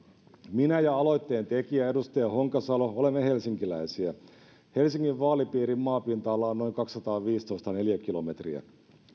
minä ja aloitteentekijä edustaja honkasalo olemme helsinkiläisiä helsingin vaalipiirin maapinta ala on noin kaksisataaviisitoista neliökilometriä